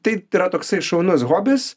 tai yra toksai šaunus hobis